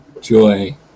joy